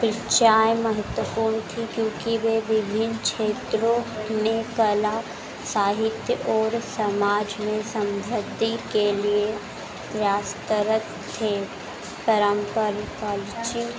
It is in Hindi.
शिक्षाएं महत्वपूर्ण थी क्योंकि वह विभिन्न क्षेत्रों में कला साहित्य ओर समाज में सम्भ्यति के लिए प्रयास तरत थे परम्पर